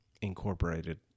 incorporated